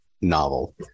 novel